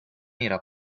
era